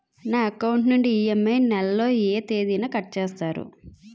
నా అకౌంట్ నుండి ఇ.ఎం.ఐ నెల లో ఏ తేదీన కట్ చేస్తారు?